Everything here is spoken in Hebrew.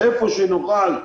איפה שנוכל,